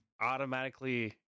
automatically